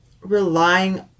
relying